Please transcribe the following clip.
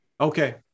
Okay